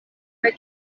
kaj